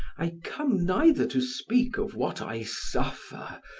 i come neither to speak of what i suffer,